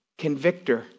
convictor